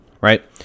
right